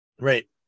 Right